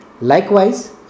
Likewise